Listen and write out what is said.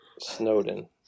Snowden